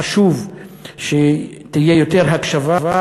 חשוב שתהיה יותר הקשבה,